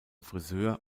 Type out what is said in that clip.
frisör